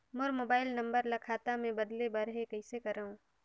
मोर mobile number ल खाता मे बदले बर हे कइसे करव?